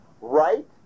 right